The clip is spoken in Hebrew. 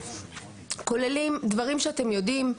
כוללים דברים שאתם יודעים,